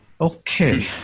okay